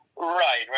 Right